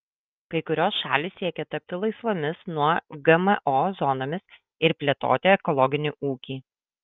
kai kurios šalys siekia tapti laisvomis nuo gmo zonomis ir plėtoti ekologinį ūkį